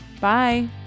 Bye